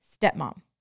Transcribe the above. stepmom